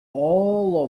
all